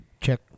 Check